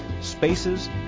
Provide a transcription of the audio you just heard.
spaces